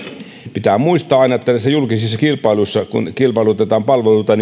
pitää muistaa aina että näissä julkisissa kilpailuissa kun kilpailutetaan palveluilta